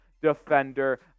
defender